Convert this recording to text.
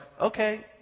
okay